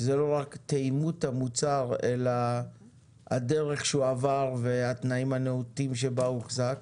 שזאת לא רק תאימות המוצר אלא הדרך שהוא עבר והתנאים הנאותים בהם הוחזק?